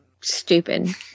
stupid